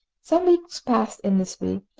some weeks passed in this way,